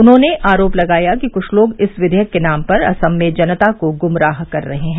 उन्होंने आरोप लगाया कि कुछ लोग इस विधेयक के नाम पर असम में जनता को गुमराह कर रहे हैं